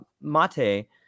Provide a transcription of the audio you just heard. Mate